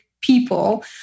people